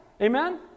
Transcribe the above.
Amen